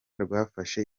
rwafashe